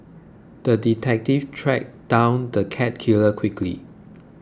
the detective tracked down the cat killer quickly